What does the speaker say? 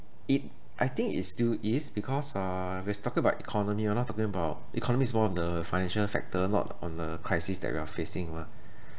it I think it still is because uh we're talking about economy we're not talking about economy is one of the financial factor not on the crisis that we are facing mah